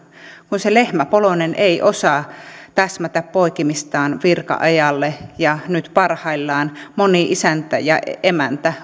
kun se lehmäpoloinen ei osaa täsmätä poikimistaan virka ajalle ja nyt parhaillaan moni isäntä ja emäntä